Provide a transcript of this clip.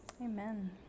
Amen